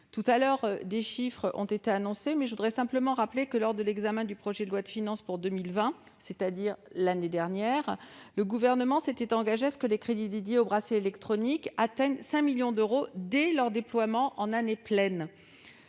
Tout à l'heure, certains chiffres ont été annoncés. Je rappelle simplement que, lors de l'examen du projet de loi de finances pour 2020, c'est-à-dire l'année dernière, le Gouvernement s'était engagé à ce que les crédits dédiés aux bracelets électroniques atteignent 5 millions d'euros dès leur déploiement en année pleine.